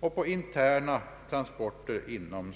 och de interna transporterna.